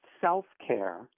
self-care